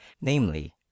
Namely